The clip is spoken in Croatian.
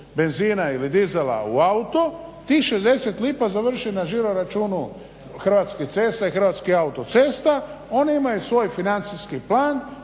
benzina ili dizela u auto tih 60 lipa završi na žiro računu Hrvatskih cesta i Hrvatskih autocesta. One imaju svoj financijski plan